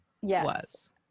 yes